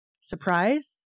Surprise